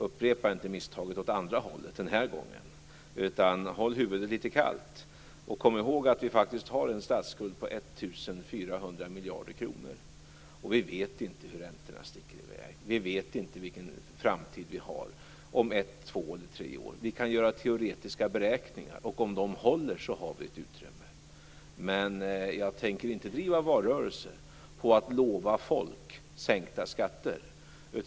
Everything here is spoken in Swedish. Upprepa inte misstaget åt andra hållet den här gången, utan håll huvudet litet kallt. Kom ihåg att vi faktiskt har en statsskuld på 1 400 miljarder kronor, och vi vet inte hur räntorna sticker i väg. Vi vet inte vilken framtid vi har om ett, två eller tre år. Vi kan göra teoretiska beräkningar, och om de håller har vi ett utrymme. Men jag tänker inte driva en valrörelse på att lova folk sänkta skatter.